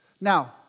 Now